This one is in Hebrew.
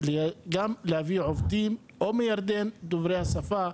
גם להביא עובדים או מירדן דוברי השפה,